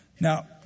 Now